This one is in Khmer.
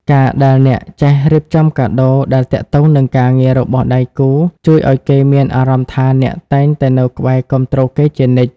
ការដែលអ្នកចេះរៀបចំកាដូដែលទាក់ទងនឹងការងាររបស់ដៃគូ ជួយឱ្យគេមានអារម្មណ៍ថាអ្នកតែងតែនៅក្បែរគាំទ្រគេជានិច្ច។